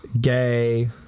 gay